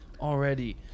Already